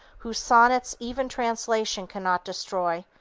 whose sonnets even translation cannot destroy,